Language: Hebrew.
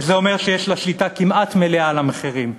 וזה אומר שיש לה שליטה כמעט מלאה על המחירים.